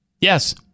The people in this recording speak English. Yes